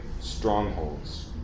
strongholds